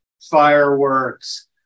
fireworks